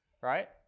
Right